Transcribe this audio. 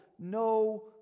no